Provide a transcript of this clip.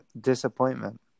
disappointment